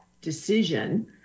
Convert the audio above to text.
decision